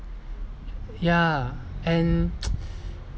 ya and